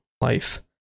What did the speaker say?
life